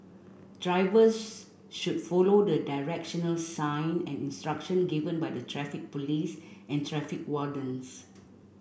drivers should follow the directional sign and instruction given by the Traffic Police and traffic wardens